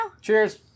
Cheers